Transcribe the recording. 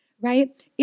right